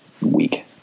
week